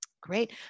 Great